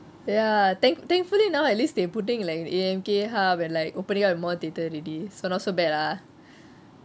ya thank thankfully now at least they putting in like A_M_K hub and like opening up in more theatre already so not so bad lah